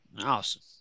Awesome